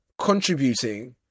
contributing